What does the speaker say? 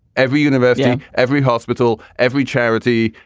every university, every hospital, every charity,